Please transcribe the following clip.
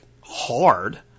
hard